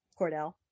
Cordell